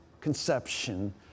conception